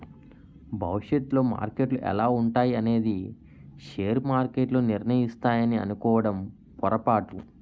భవిష్యత్తులో మార్కెట్లు ఎలా ఉంటాయి అనేది షేర్ మార్కెట్లు నిర్ణయిస్తాయి అనుకోవడం పొరపాటు